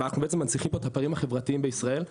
ואנחנו בעצם מנציחים פה את הפערים החברתיים בישראל.